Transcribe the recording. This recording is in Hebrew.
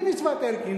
בלי מצוות אלקין.